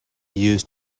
used